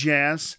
Jazz